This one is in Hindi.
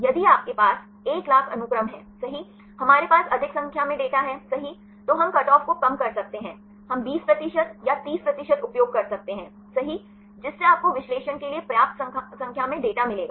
यदि आपके पास 100000 अनुक्रम हैं सही हमारे पास अधिक संख्या में डेटा है सही तो हम कट ऑफ को कम कर सकते हैं हम 20 प्रतिशत या 30 प्रतिशत उपयोग कर सकते हैं सही जिससे आपको विश्लेषण के लिए पर्याप्त संख्या में डेटा मिलेगा